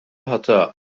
hata